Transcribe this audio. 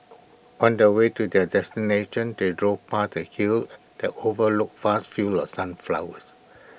on the way to their destination they drove past A hill that overlooked vast fields of sunflowers